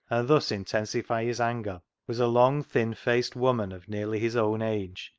and thus intensify his anger, was a long, thin-faced woman of nearly his own age,